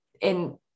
in-